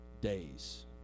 days